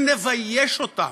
אם נבייש אותן,